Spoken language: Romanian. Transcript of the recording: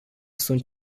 sunt